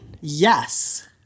Yes